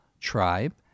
tribe